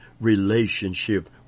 relationship